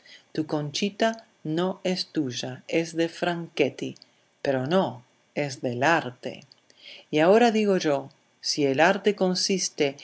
tu conchita no es tuya es de franchetti pero no es del arte y ahora digo yo si el arte consiste